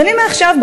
אז מעכשיו,